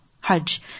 Hajj